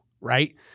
Right